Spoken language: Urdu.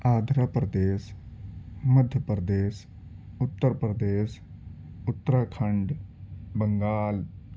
آندھرا پردیش مدھیہ پردیش اتر پردیش اتراکھنڈ بنگال